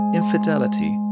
infidelity